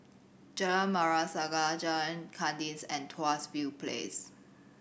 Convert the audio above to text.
Jalan Merah Saga Jalan Kandis and Tuas View Place